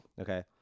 Okay